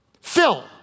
Phil